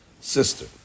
sister